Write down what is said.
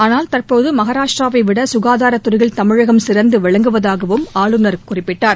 ஆனால் தற்போது மகாராஷ்ட்ராவை விட சுகாதாரத் துறையில் தமிழகம் சிறந்து விளங்குவதாகவும் ஆளுநர் குறிப்பிட்டார்